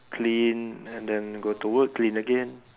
clean and then go to work clean again